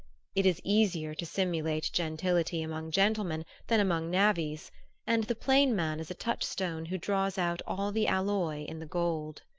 it is easier to simulate gentility among gentlemen than among navvies and the plain man is a touchstone who draws out all the alloy in the gold.